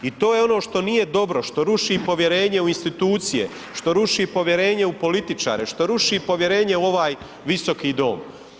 I to je ono što nije dobro, što ruši povjerenje u institucije, što ruši povjerenje u političare, što ruši povjerenje u ovaj visoki dom.